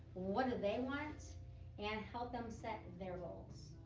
what do they want and help them set their goals.